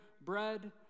bread